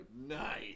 Nice